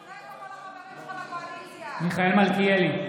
בעד מיכאל מלכיאלי,